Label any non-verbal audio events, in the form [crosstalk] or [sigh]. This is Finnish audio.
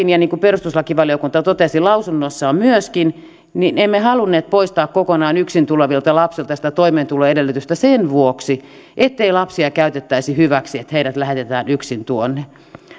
[unintelligible] ja niin kuin perustuslakivaliokunta totesi lausunnossaan myöskin emme halunneet poistaa kokonaan yksin tulevilta lapsilta sitä toimeentuloedellytystä sen vuoksi ettei lapsia käytettäisi hyväksi että heidät lähetetään yksin tuonne